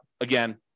again